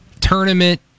tournament